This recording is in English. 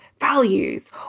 values